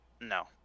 no